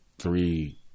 three